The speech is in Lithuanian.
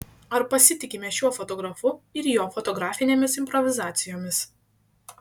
ar pasitikime šiuo fotografu ir jo fotografinėmis improvizacijomis